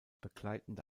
begleitende